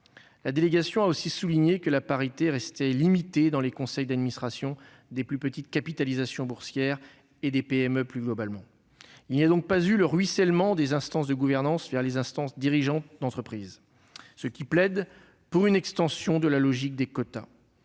La délégation a aussi souligné que la parité restait limitée dans les conseils d'administration des plus petites capitalisations boursières et, plus globalement, des PME. Il n'y a donc pas eu de ruissellement des instances de gouvernance vers les instances dirigeantes des entreprises, ce qui plaide pour une extension de la logique des quotas.